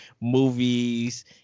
movies